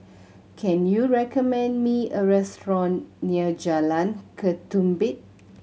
can you recommend me a restaurant near Jalan Ketumbit